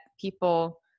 people